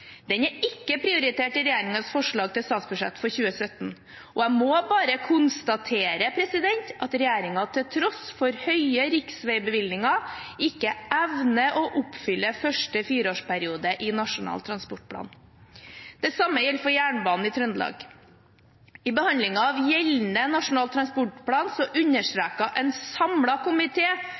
Den er ikke prioritert i regjeringens forslag til statsbudsjett for 2017, og jeg må bare konstatere at regjeringen til tross for høye riksveibevilgninger ikke evner å oppfylle første fireårsperiode i Nasjonal transportplan. Det samme gjelder for jernbanen i Trøndelag. I behandlingen av gjeldende Nasjonal transportplan understreket en samlet komité betydningen av at elektrifiserings- og moderniseringsprosjektet for Trønderbanen og Meråkerbanen igangsettes så